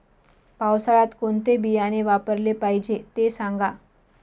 पावसाळ्यात कोणते बियाणे वापरले पाहिजे ते सांगा